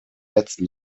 letzten